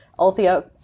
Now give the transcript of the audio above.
Althea